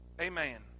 Amen